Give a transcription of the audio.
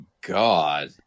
God